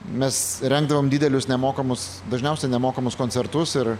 mes rengdavom didelius nemokamus dažniausiai nemokamus koncertus ir